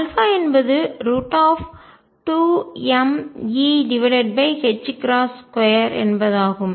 α என்பது 2mE2 என்பதாகும்